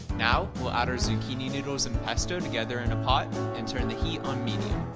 now we'll add our zucchini noodles and pesto together in a pot and turn the heat on medium.